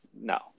no